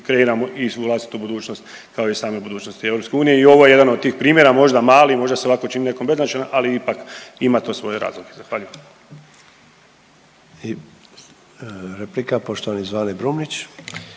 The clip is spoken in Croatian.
korigiramo i vlastitu budućnost kao i samu budućnost EU. I ovo je jedan od tih primjera možda mali, možda se ovako čini nekom beznačajan ali ipak ima to svoje razloge. Zahvaljujem.